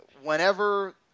whenever –